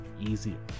easier